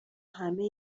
همه